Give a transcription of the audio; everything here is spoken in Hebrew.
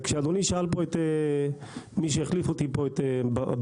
כשאדוני שאל פה את מי שהחליף אותי בכיסא,